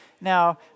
Now